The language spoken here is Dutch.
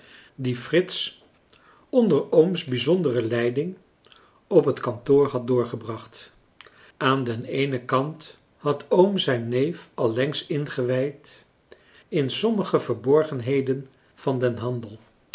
die frits onder ooms bijzondere leiding op het kantoor had doorgebracht aan den eenen kant had oom zijn neef allengs ingewijd in sommige verborgenheden van den handel